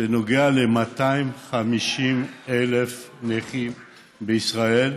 שנוגע ל-250,000 נכים בישראל,